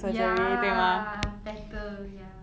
ya better ya